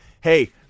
hey